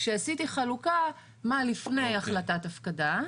כשעשיתי חלוקה מה לפני החלטת הפקדה.